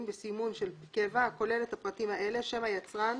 בסימון של קבע הכולל את הפרטים האלה: שם היצרן,